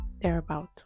thereabout